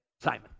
Simon